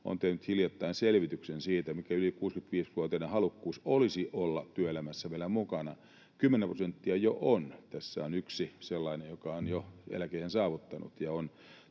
on tehnyt hiljattain selvityksen siitä, mikä yli 65-vuotiaiden halukkuus olisi olla työelämässä vielä mukana. Kymmenen prosenttia jo on — tässä on yksi sellainen, joka on jo eläkeiän saavuttanut ja on